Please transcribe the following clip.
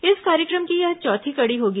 इस कार्यक्रम की यह चौथी कड़ी होगी